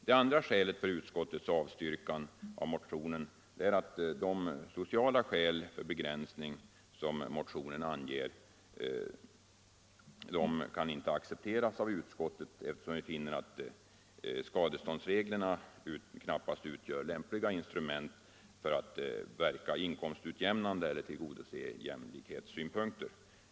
Det andra skälet för utskottets avstyrkande av motionen är att de sociala skäl för begränsning som motionen anger inte kan ac cepteras av utskottet, eftersom vi finner att skadeståndsreglerna knappast utgör lämpliga instrument för att verka inkomstutjämnande eller tillgodose jämlikhetssynpunkter.